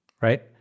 right